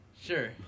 Sure